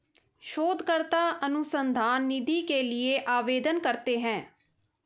शोधकर्ता अनुसंधान निधि के लिए आवेदन करते हैं